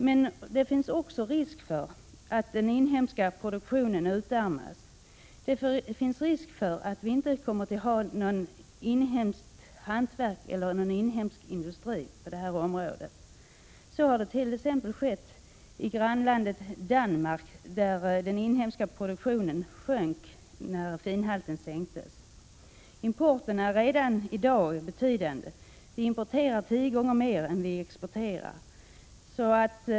Det föreligger också risk för att den inhemska produktionen utarmas, att det inte kommer att finnas hantverk eller industri på detta område i Sverige. Så har t.ex. skett i grannlandet Danmark, där den inhemska produktionen sjönk när finhalten sänktes. Importen är redan i dag betydande; i Sverige importerar vi tio gånger mer än vi exporterar.